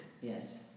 yes